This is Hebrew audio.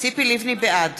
בעד